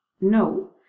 no